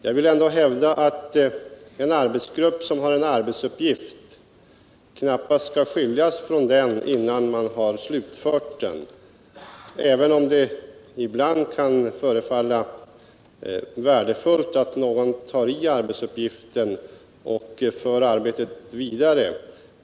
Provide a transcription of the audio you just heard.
Jag vill hävda att en arbetsgrupp knappast bör skiljas från sin arbetsuppgift innan denna är slutförd, även om det ibland kan vara värdefullt att någon tar sig an arbetsuppgiften och för arbetet vidare.